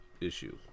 issue